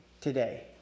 today